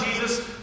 Jesus